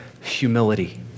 Humility